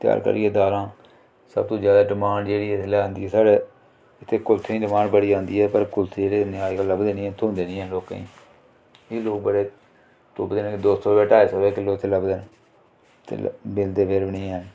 त्यार करियै दालां सब तूं डिमांड जेहड़ी इसलै आंदी साढ़े इत्थै कुल्थें दी डिमांड बड़ी आंदी ऐ पर कुल्थ जेह्ड़े इन्ने अज्जकल लभदे नि ऐ थ्होंदी नि हैन लोकें गी एह् लोक बड़े तुप्पदे ने दो सौ रपेआ ढाई सौ रपेआ किल्लो चला दे ते मिलदे फिर बी नि हैन